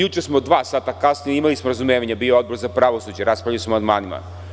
Juče smo dva sata kasnije, imali smo razumevanje bio je Odbor za pravosuđe, raspravljali smo o amandmanima.